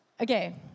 Okay